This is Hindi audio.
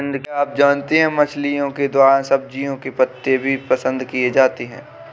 क्या आप जानते है मछलिओं के द्वारा सब्जियों के पत्ते भी पसंद किए जाते है